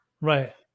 Right